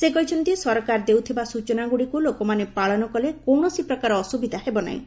ସେ କହିଛନ୍ତି ସରକାର ଦେଉଥିବା ସ୍ଚନାଗୁଡ଼ିକୁ ଲୋକମାନେ ପାଳନ କଲେ କୌଣସି ପ୍ରକାର ଅସୁବିଧା ହେବ ନାହିଁ